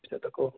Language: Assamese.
পিছত আকৌ